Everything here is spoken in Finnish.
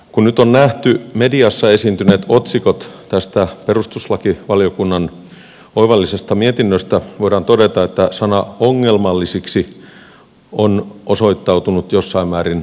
kun nyt on nähty mediassa esiintyneet otsikot tästä perustuslakivaliokunnan oivallisesta mietinnöstä voidaan todeta että sana ongelmallisiksi on osoittautunut jossain määrin ongelmalliseksi